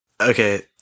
Okay